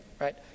right